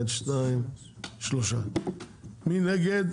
מי נגד?